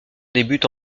débute